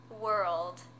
world